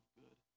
good